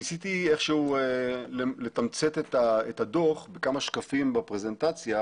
ניסיתי איכשהו לתמצת את הדו"ח בכמה שקפים בפרזנטציה.